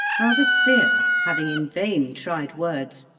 how the sphere, having in vain tried words,